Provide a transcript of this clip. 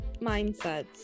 mindsets